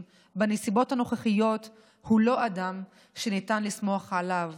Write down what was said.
בנסיבות הנוכחיות הוא לא אדם שניתן לסמוך עליו